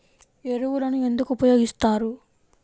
ఎరువులను ఎందుకు ఉపయోగిస్తారు?